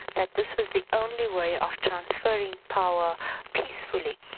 that this was the only way of transferring power peacefully.